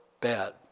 bad